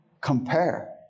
compare